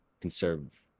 conserve